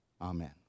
Amen